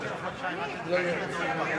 האם,